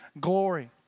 glory